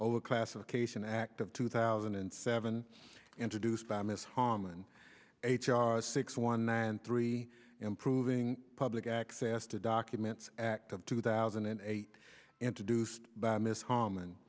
classification act of two thousand and seven introduced by miss harman h r six one three improving public access to documents act of two thousand and eight introduced by miss harm